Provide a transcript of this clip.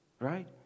right